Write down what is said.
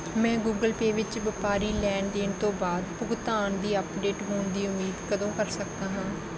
ਮੈਂ Google Pay ਵਿੱਚ ਵਪਾਰੀ ਲੈਣ ਦੇਣ ਤੋਂ ਬਾਅਦ ਭੁਗਤਾਨ ਦੀ ਅੱਪਡੇਟ ਹੋਣ ਦੀ ਉਮੀਦ ਕਦੋਂ ਕਰ ਸਕਦਾ ਹਾਂ